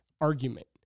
argument